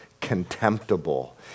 contemptible